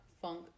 funk